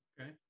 okay